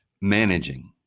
managing